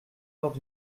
heures